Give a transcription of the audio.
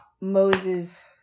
Moses